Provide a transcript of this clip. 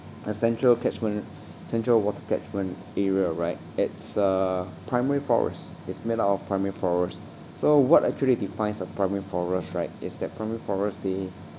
a central catchment central water catchment area right it's uh primary forest is made out of primary forest so what actually defines a primary forest right is that primary forest they